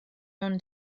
own